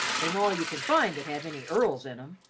bring all you can find that have any earls in em.